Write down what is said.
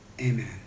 Amen